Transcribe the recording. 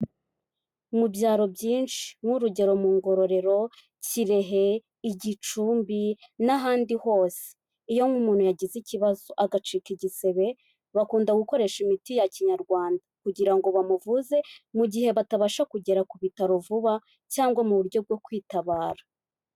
Mu byaro byinshi nk'urugero mu Ngororero, Kirehe, i Gicumbi n'ahandi hose. Iyo umuntu yagize ikibazo agacika igisebe bakunda gukoresha imiti ya kinyarwanda kugira ngo bamuvuze mu gihe batabasha kugera ku bitaro vuba cyangwa mu buryo bwo kwitabara.